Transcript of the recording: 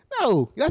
No